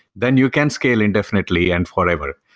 then you can scale indefinitely and forever.